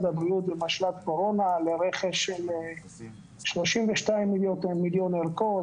הבריאות ומשל"ט קורונה לרכש של 32 מיליון ערכות